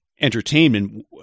entertainment